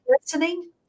listening